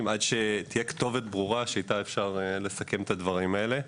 עד שתהיה כתובת ברורה שאיתה אפשר לסכם את הדברים האלה,